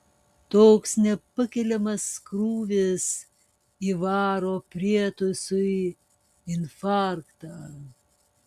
toks nepakeliamas krūvis įvaro prietaisui infarktą